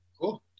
Cool